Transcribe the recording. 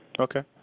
Okay